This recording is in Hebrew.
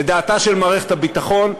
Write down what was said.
לדעתה של מערכת הביטחון,